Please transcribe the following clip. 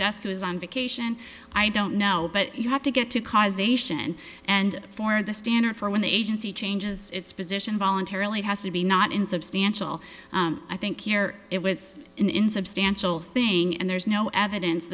desk was on vacation i don't know but you have to get to causation and for the standard for when the agency changes its position voluntarily it has to be not insubstantial i think it was an insubstantial thing and there's no evidence